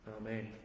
amen